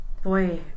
Boy